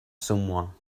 someone